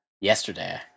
yesterday